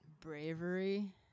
Bravery